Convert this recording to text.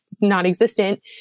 non-existent